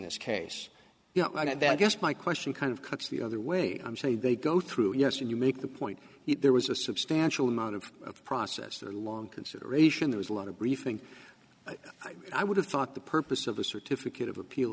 this case yeah i know that i guess my question kind of cuts the other way i'm sorry they go through yes you make the point there was a substantial amount of process there long consideration there was a lot of briefing i would have thought the purpose of the certificate of appeal